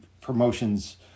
promotions